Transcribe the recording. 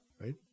right